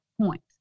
point